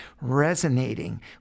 resonating